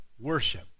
worship